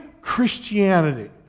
christianity